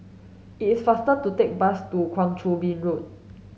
it is faster to take the bus to Kang Choo Bin Road